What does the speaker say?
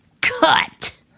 cut